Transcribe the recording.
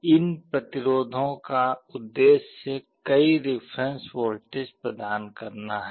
इन प्रतिरोधों का उद्देश्य कई रेफेरेंस वोल्टेज प्रदान करना है